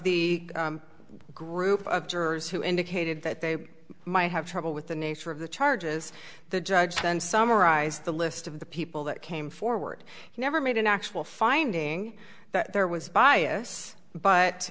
the group of jurors who indicated that they might have trouble with the nature of the charges the judge then summarized the list of the people that came forward never made an actual finding that there was b